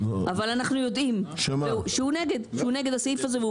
אבל אנחנו יודעים שהוא נגד הסעיף הזה והוא